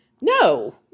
no